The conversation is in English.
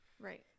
right